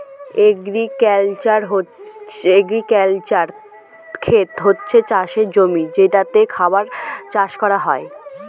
agricultural খেত হচ্ছে চাষের জমি যেটাতে খাবার চাষ করা হয়